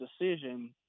decision